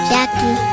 Jackie